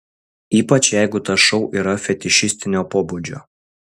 ypač jeigu tas šou yra fetišistinio pobūdžio